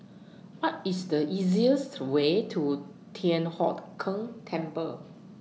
What IS The easiest Way to Thian Hock Keng Temple